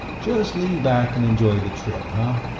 just lean back and enjoy the trip, huh?